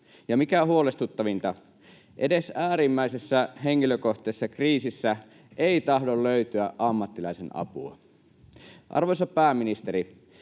ja mikä huolestuttavinta, edes äärimmäisessä henkilökohtaisessa kriisissä ei tahdo löytyä ammattilaisen apua. Arvoisa pääministeri,